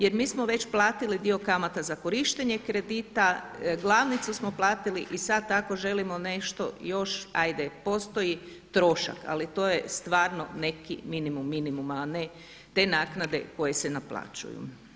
Jer mi smo već platili dio kamata za korištenje kredita, glavnicu smo platili i sad ako želimo nešto još hajde postoji trošak ali to je stvarno neki minimum minimuma, a ne te naknade koje se naplaćuju.